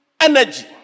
Energy